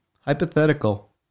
Hypothetical